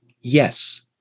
Yes